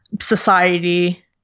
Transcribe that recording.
society